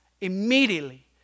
Immediately